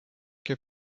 que